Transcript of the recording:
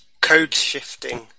Code-shifting